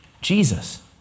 Jesus